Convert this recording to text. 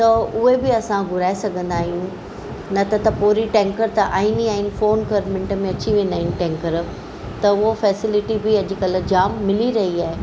त उहे बि असां घुराइ सघंदा आहियूं न त त पूरी टैंकर त आहिनि ई आहिनि फ़ोन कर मिंट में अची वेंदा आहिनि टैंकर त उहो फैसिलीटी बि अॼुकल्ह जाम मिली रही आहे